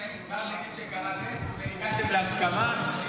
יכול לשאול --- שקרה נס והגעתם להסכמה?